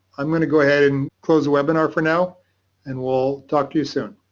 i'm going to go ahead and close the webinar for now and we'll talk to you soon.